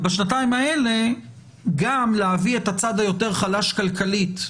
ובשנתיים האלה גם להביא את הצד ההוא יותר חלש כלכלית,